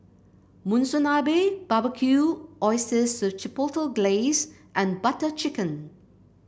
Monsunabe Barbecued Oysters Chipotle Glaze and Butter Chicken